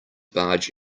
barge